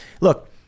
Look